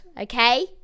Okay